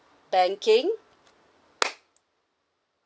banking